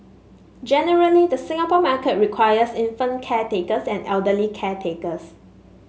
generally the Singapore market requires infant caretakers and elderly caretakers